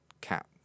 cat